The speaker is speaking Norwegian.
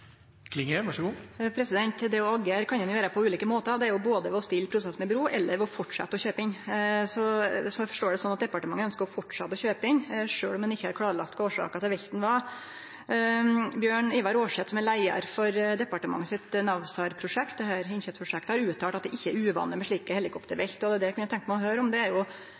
Det å agere kan ein gjere på ulike måtar. Det er anten ved å leggje prosessen til sides eller ved å fortsetje å kjøpe inn. Eg forstår det slik at departementet ønskjer å fortsetje å kjøpe inn, sjølv om ein ikkje har klarlagt kva årsaka til velten var. Bjørn Ivar Aarseth, som er leiar for NAWSARH-prosjektet til departementet, innkjøpsprosjektet, har uttalt at det ikkje er uvanleg med slike helikoptervelt. Det eg kunne tenkje meg å høyre om, er: Kor mange velt har det vore med dei Sea King-helikoptera som har vore i aksjon i mange år, og er